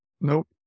Nope